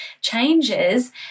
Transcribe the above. changes